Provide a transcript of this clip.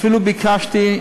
אפילו ביקשתי,